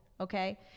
okay